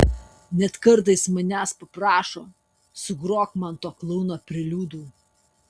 net kartais manęs paprašo sugrok man to klouno preliudų